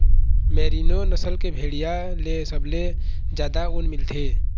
merino नसल के भेड़िया ले सबले जादा ऊन मिलथे